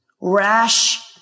rash